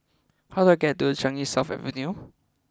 how I get to Changi South Avenue